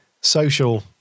social